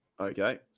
Okay